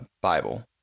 Bible